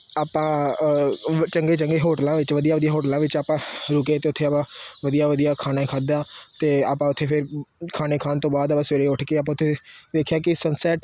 ਆਪਾਂ ਚੰਗੇ ਚੰਗੇ ਹੋਟਲਾਂ ਵਿੱਚ ਵਧੀਆ ਵਧੀਆ ਹੋਟਲਾਂ ਵਿੱਚ ਆਪਾਂ ਰੁਕੇ ਅਤੇ ਉੱਥੇ ਆਪਾਂ ਵਧੀਆ ਵਧੀਆ ਖਾਣਾ ਖਾਦਾ ਅਤੇ ਆਪਾਂ ਉੱਥੇ ਫਿਰ ਖਾਣੇ ਖਾਣ ਤੋਂ ਬਾਅਦ ਆਪਾਂ ਸਵੇਰੇ ਉੱਠ ਕੇ ਆਪਾਂ ਉੱਥੇ ਦੇਖਿਆ ਕਿ ਸਨਸੈਟ